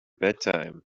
bedtime